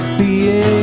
the